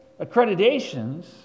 accreditations